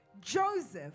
Joseph